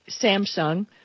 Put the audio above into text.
Samsung